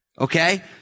Okay